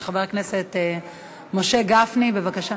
יש שאלה נוספת של חבר הכנסת משה גפני, בבקשה.